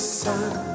sun